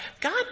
God